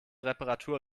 reparatur